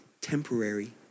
temporary